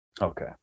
Okay